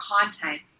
content